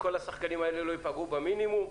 שכל השחקנים האלה לא ייפגעו במינימום,